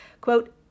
Quote